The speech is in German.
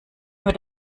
nur